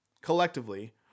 collectively